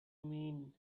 mean